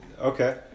Okay